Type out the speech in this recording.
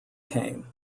came